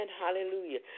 Hallelujah